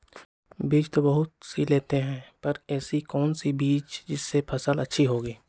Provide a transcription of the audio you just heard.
बीज तो बहुत सी लेते हैं पर ऐसी कौन सी बिज जिससे फसल अच्छी होगी?